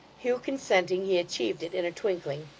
hugh consenting, he achieved it in a twinkling.